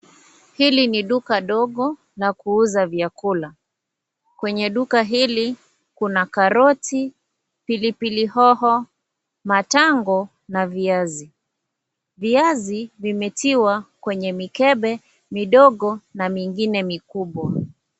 Hili ni duka dogo la kuuza vyakula, kwenye duka hili kuna karoti, pili pili hoho, matango na viazi, viazi vimetiwa kwenye mikebe midogo na mingine mikubwa.